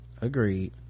Agreed